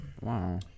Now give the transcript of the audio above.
Wow